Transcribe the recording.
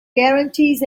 guarantees